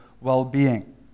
well-being